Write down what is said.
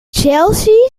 chelsea